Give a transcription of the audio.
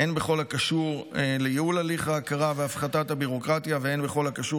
הן בכל הקשור לייעול הליך ההכרה והפחתת הביורוקרטיה והן בכל הקשור